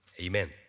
amen